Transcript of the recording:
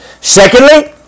Secondly